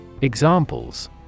Examples